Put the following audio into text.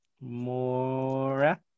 Mora